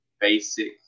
basic